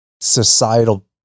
societal